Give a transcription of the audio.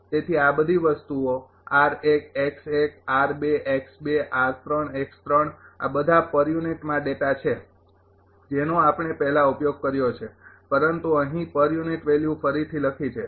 તેથી આ બધી વસ્તુઓ આ બધા પર યુનિટમાં ડેટા છે જેનો આપણે પહેલાં ઉપયોગ કર્યો છે પરંતુ અહીં પર યુનિટ વેલ્યુ ફરીથી લખી છે